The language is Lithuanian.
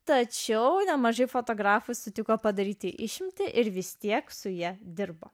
tačiau nemažai fotografų sutiko padaryti išimtį ir vis tiek su ja dirba